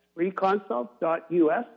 freeconsult.us